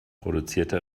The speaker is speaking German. produzierte